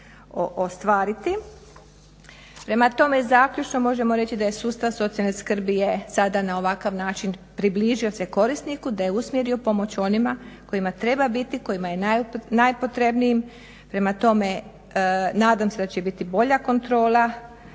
Prema tome, zaključno možemo reći da je sustav socijalne skrbi je sada na ovakav način približio se korisniku, da je usmjerio pomoć onima kojima treba biti kojima je najpotrebnijim, prema tome nadam se da će biti bolja kontrola